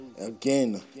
Again